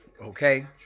Okay